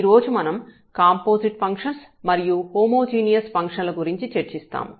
ఈ రోజు మనం కాంపోజిట్ ఫంక్షన్స్ మరియు హోమోజీనియస్ ఫంక్షన్ల గురించి చర్చిస్తాము